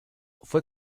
fue